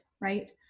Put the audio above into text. right